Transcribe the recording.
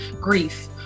grief